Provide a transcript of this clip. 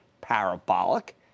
parabolic